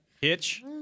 Hitch